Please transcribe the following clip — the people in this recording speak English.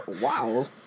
Wow